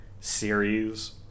series